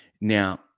Now